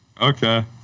okay